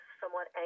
somewhat